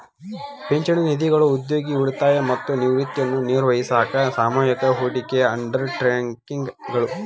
ಪಿಂಚಣಿ ನಿಧಿಗಳು ಉದ್ಯೋಗಿ ಉಳಿತಾಯ ಮತ್ತ ನಿವೃತ್ತಿಯನ್ನ ನಿರ್ವಹಿಸಾಕ ಸಾಮೂಹಿಕ ಹೂಡಿಕೆ ಅಂಡರ್ ಟೇಕಿಂಗ್ ಗಳು